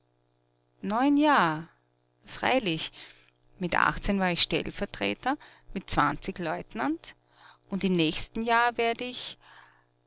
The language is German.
neun jahr freilich mit achtzehn war ich stellvertreter mit zwanzig leutnant und im nächsten jahr werd ich